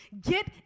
Get